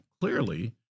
clearly